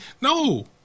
no